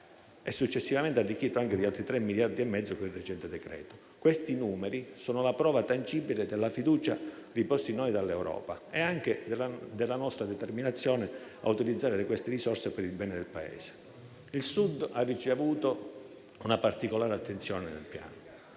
successivamente arricchite anche di altri 3,5 miliardi con il recente decreto. Questi numeri sono la prova tangibile della fiducia riposta in noi dall'Europa e anche della nostra determinazione a utilizzare queste risorse per il bene del Paese. Il Sud ha ricevuto una particolare attenzione nel Piano.